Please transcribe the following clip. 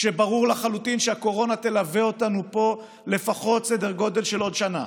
כשברור לחלוטין שהקורונה תלווה אותנו פה לפחות לסדר גודל של עוד שנה.